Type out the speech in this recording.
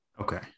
Okay